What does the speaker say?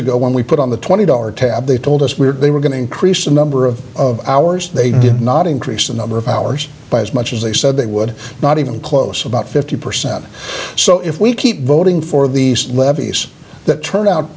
ago when we put on the twenty dollar tab they told us where they were going to increase the number of of ours they did not increase the number of hours by as much as they said they would not even close about fifty percent so if we keep voting for the levees that turned out